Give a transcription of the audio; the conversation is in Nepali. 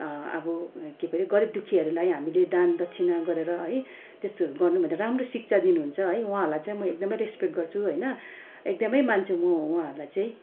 अब के पो अरे गरिब दुखीहरूलाई हामीले दान दक्षिणा गरेर है त्यस्तोहरू गर्नु राम्रो शिक्षा दिनुहुन्छ है उहाँहरूलाई चाहिँ म एकदमै रेस्पेक्ट गर्छु होइन एकदमै मान्छु म उहाँहरूलाई चाहिँ